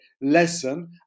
lesson